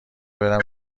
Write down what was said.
برم